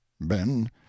Ben